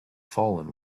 fallen